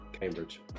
Cambridge